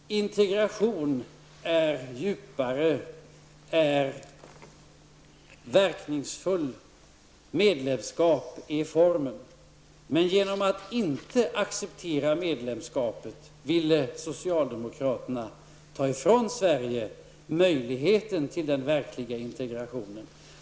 Herr talman! Integration är djupare och verkningsfull -- medlemskap är formen. Genom att inte acceptera medlemskapet ville socialdemokraterna ta ifrån Sverige möjligheten till den verkliga integrationen.